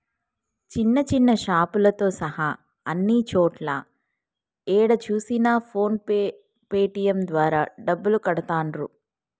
చిన్న చిన్న షాపులతో సహా అన్ని చోట్లా ఏడ చూసినా ఫోన్ పే పేటీఎం ద్వారా డబ్బులు కడతాండ్రు